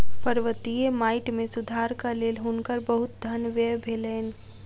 पर्वतीय माइट मे सुधारक लेल हुनकर बहुत धन व्यय भेलैन